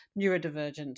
neurodivergent